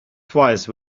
twice